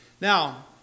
Now